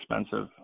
expensive